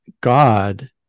God